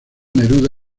neruda